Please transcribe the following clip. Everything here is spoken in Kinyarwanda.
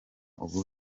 ubu